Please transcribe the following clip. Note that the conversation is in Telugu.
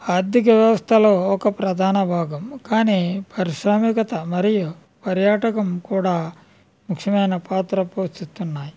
ఆర్ధిక వ్యవస్థలో ఒక ప్రధాన భాగం కానీ పరిశ్రామికత మరియు పర్యాటకం కూడా ముఖ్యమైన పాత్ర పోషిస్తున్నాయి